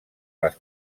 les